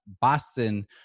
Boston